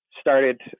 Started